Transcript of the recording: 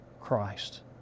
Christ